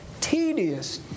tedious